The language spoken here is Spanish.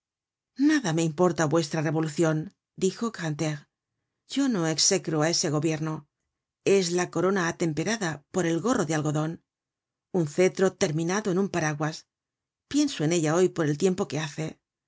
nada me importa vuestra revolucion dijo grantaire yo no execro á ese gobierno es la corona atemperada por el gorro de algodon un cetro terminado eñ un paraguas pienso en ella hoy por el tiempo que hace